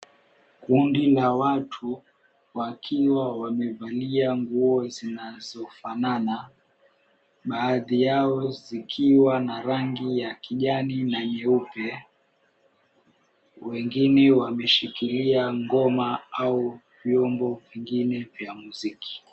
Kundi la watu wakiwa wamevalia nguo zinazofanana. Baadhi yao zikiwa na rangi ya kijani na nyeupe. Wengine wameshikilia ngoma au vyombo vingine vya muziki.